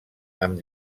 amb